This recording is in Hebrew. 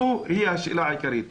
זאת השאלה העיקרית.